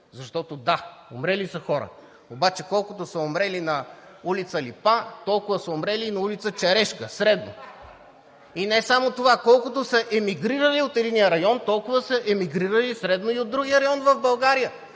защото да, умрели са хора, обаче колкото са умрели на ул. „Липа“, толкова са умрели и на ул. „Черешка“ средно. И не само това, колкото са емигрирали от единия район, толкова са емигрирали средно и от другия район в България.